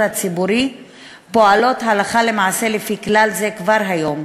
הציבורי פועלות הלכה למעשה לפי כלל זה כבר היום,